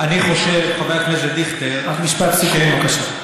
אני חושב, חבר הכנסת דיכטר, משפט סיכום, בבקשה.